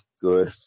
good